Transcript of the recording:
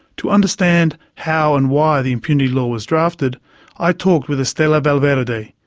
to understand how and why the impunity law was drafted i talked with estela valverde,